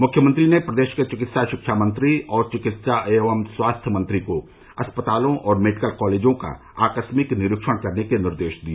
मुख्यमंत्री ने प्रदेश के चिकित्सा शिक्षा मंत्री और चिकित्सा एवं स्वास्थ्य मंत्री को अस्पतालों और मेडिकल कॉलेजों का आकस्मिक निरीक्षण करने के निर्देश दिए